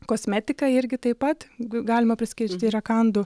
kosmetiką irgi taip pat galima priskirti į rakandų